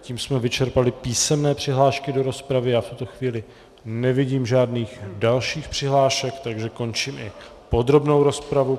Tím jsme vyčerpali písemné přihlášky do rozpravy a v tuto chvíli nevidím žádných dalších přihlášek, takže končím i podrobnou rozpravu.